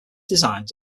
designs